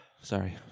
Sorry